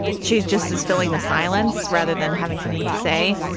she just is filling the silence rather than having something to say.